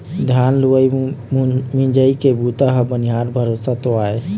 धान लुवई मिंजई के बूता ह बनिहार भरोसा तो आय